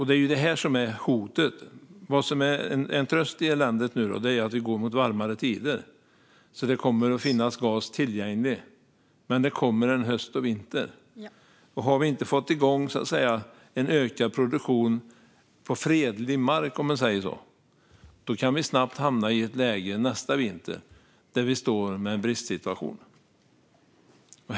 Det är detta som är hotet. En tröst i eländet är att vi nu går mot varmare tider, så det kommer att finnas gas tillgänglig. Men det kommer en höst och en vinter. Har vi inte fått igång en ökad produktion på fredlig mark, om vi säger så, kan vi snabbt hamna i en bristsituation nästa vinter.